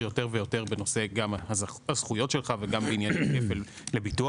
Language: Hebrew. יותר ויותר על הזכויות שלך וגם על ענייני כפל לביטוח.